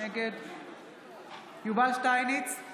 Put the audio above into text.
נגד יובל שטייניץ,